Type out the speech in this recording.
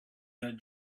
that